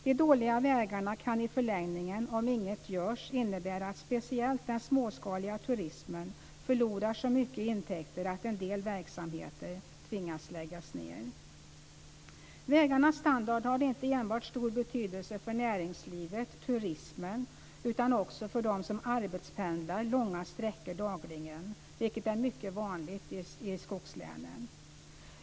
De dåliga vägarna kan i förlängningen om inget görs innebära att speciellt den småskaliga turismen förlorar så mycket i intäkter att en del verksamheter tvingas läggas ned. Vägarnas standard har inte enbart stor betydelse för näringslivet och turismen utan också för dem som arbetspendlar långa sträckor dagligen, vilket är mycket vanligt i skogslänen.